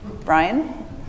Brian